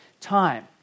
time